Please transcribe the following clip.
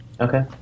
Okay